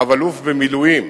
רב-אלוף במילואים